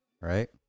right